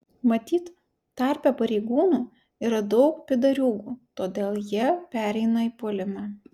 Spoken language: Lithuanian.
matyt tarpe pareigūnų yra daug pydariūgų todėl jie pereina į puolimą